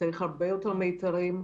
צריך הרבה יותר מיתרים.